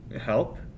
help